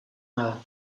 nada